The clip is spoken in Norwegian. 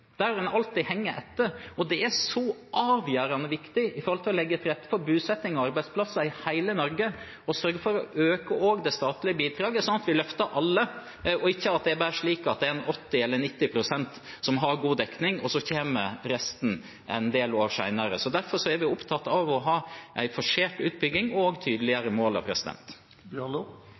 der en alltid henger etter. Det er så avgjørende viktig for å legge til rette for bosetting og arbeidsplasser i hele Norge, at en sørger for å øke det statlige bidraget, sånn at vi løfter alle – ikke at det bare er ca. 80–90 pst. som har god dekning, og at resten kommer en del år senere. Derfor er vi opptatt av å ha en forsert utbygging og